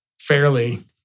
fairly